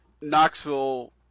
Knoxville